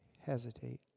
Hesitate